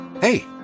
Hey